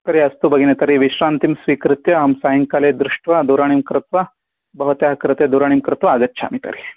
तर्हि अस्तु भगिनी तर्हि विश्रान्तिं स्वीकृत्य अहं सायङ्काले दृष्ट्वा दूरवाणीं कृत्वा भवत्याः कृते दूरवाणीं कृत्वा आगच्छामि तर्हि